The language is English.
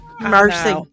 Mercy